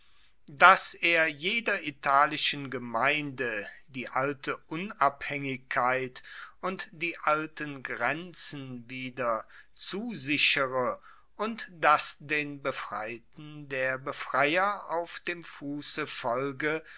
dass er jeder italischen gemeinde die alte unabhaengigkeit und die alten grenzen wieder zusichere und dass den befreiten der befreier auf dem fusse folge